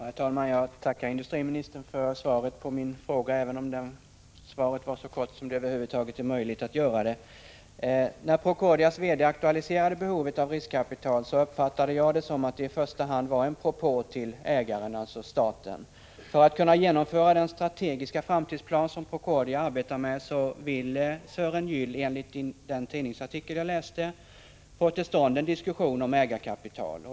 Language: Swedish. Herr talman! Jag tackar industriministern för svaret på min fråga. Svaret var så kort som över huvud taget är möjligt. När Procordias VD aktualiserade behovet av riskkapital uppfattade jag att det i första hand var en propå till ägaren, dvs. staten. För att kunna genomföra den strategiska framtidsplan som Procordia arbetar med vill Sören Gyll enligt den tidningsartikel jag läste få till stånd en diskussion om ägarkapital.